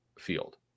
field